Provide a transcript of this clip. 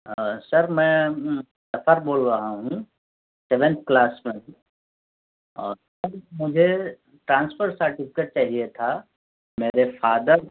سر میں ظفر بول رہا ہوں سوینتھ کلاس میں ہوں اور سر مجھے ٹرانسفر سرٹیفکیٹ چاہیے تھا میرے فادر